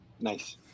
nice